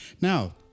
Now